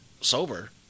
Sober